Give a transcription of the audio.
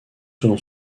selon